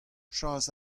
chas